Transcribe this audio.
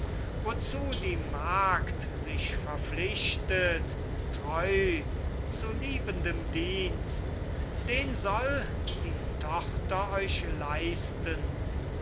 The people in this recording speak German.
wozu die magd sich verpflichtet treu zu liebendem dienst den soll die tochter euch leisten